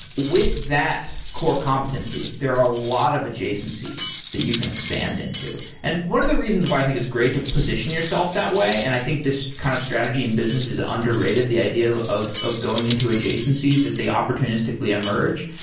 with that core competency, there are a lot of adjacencies that you can expand into. and one of the reasons why i think it's great to position yourself that way, and i think this kind of strategy in business is underrated, the idea of of going into a adjacencies is they opportunistically emerge.